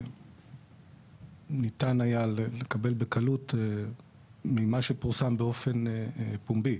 ניתן היה לקבל בקלות ממה שפורסם באופן פומבי.